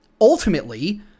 ultimately